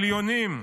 מיליונים,